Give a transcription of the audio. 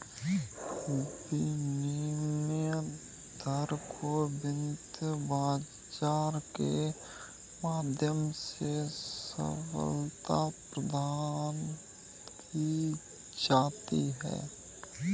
विनिमय दर को वित्त बाजार के माध्यम से सबलता प्रदान की जाती है